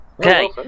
Okay